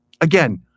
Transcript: again